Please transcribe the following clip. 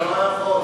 אתה לא יכול.